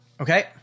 Okay